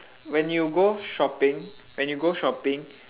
when you go shopping when you go shopping